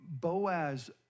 Boaz